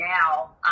now